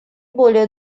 более